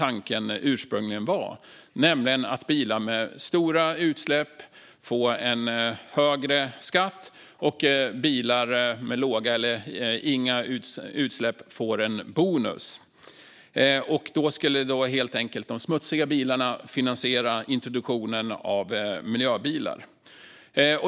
Ursprungligen var ju tanken att bilar med stora utsläpp skulle få högre skatt medan bilar med låga eller inga utsläpp skulle få en bonus. De smutsiga bilarna skulle alltså finansiera introduktionen av miljöbilar.